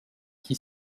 qui